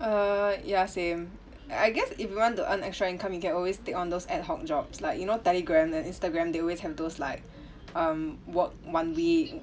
err ya same like I guess if you want to earn extra income you can always take on those ad hoc jobs like you know telegram and instagram they always have those like um work one week